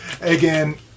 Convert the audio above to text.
Again